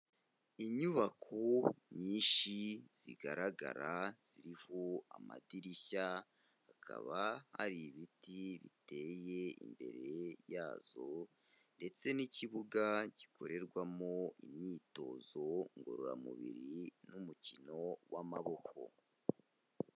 Inyubako nyinshi zigaragara ziriho amadirishya, hakaba hari ibiti biteye imbere yazo ndetse n'ikibuga gikorerwamo imyitozo ngororamubiri n'umukino w'amaboko.